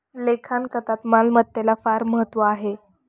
लेखांकनात मालमत्तेला फार महत्त्व आहे